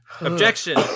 Objection